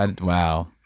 wow